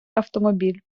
автомобіль